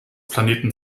planeten